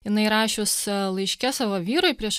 jinai rašius laiške savo vyrui prieš